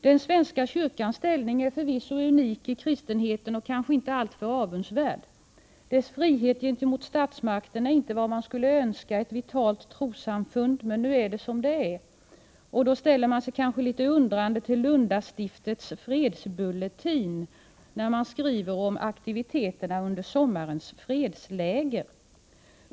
Den svenska kyrkans ställning är förvisso unik i kristenheten och kanske inte alltför avundsvärd. Dess frihet gentemot statsmakterna är inte vad man skulle Önska ett vitalt trossamfund, men nu är det som det är och då ställer man sig litet undrande till Lundastiftets Fredsbulletin när man skriver om aktiviteterna under sommarens fredsläger.